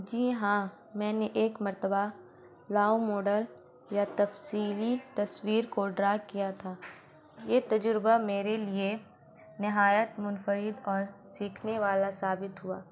جی ہاں میں نے ایک مرتبہ لاؤ ماڈل یا تفصیلی تصویر کو ڈرا کیا تھا یہ تجربہ میرے لیے نہایت منفرد اور سیکھنے والا ثابت ہوا